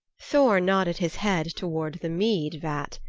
thor nodded his head toward the mead vat.